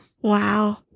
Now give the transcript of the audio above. Wow